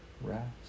rest